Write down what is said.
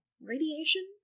Radiation